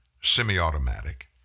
semi-automatic